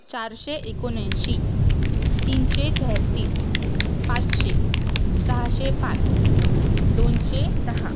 चारशे एकोणऐंशी तीनशे तेहत्तीस पाचशे सहाशे पाच दोनशे दहा